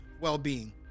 well-being